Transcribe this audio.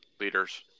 leaders